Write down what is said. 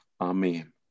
Amen